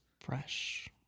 Fresh